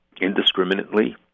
indiscriminately